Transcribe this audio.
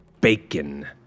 Bacon